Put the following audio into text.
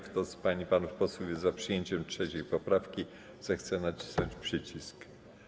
Kto z pań i panów posłów jest za przyjęciem 3. poprawki, zechce nacisnąć przycisk.